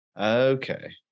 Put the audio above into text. Okay